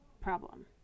problem